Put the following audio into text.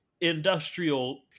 industrial